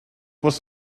was